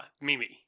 Mimi